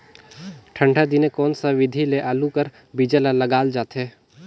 ठंडा दिने कोन सा विधि ले आलू कर बीजा ल लगाल जाथे?